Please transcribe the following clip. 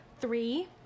three